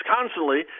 constantly